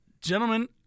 gentlemen